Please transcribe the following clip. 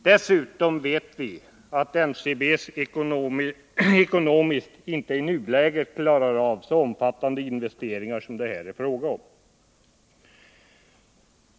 Dessutom vet vi att NCB I ekonomiskt i nuläget inte klarar av så omfattande investeringar som det här är fråga om.